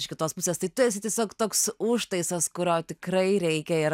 iš kitos pusės tai tu esi tiesiog toks užtaisas kurio tikrai reikia ir